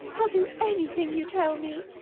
i'll do anything you tell me.